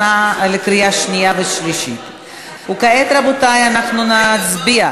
במחנה הציוני, סיעת כבל מול סיעת מיכאלי.